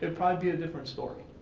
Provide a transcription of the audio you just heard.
and probably be a different story.